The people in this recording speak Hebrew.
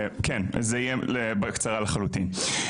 כן זה יהיה בקצרה לחלוטין.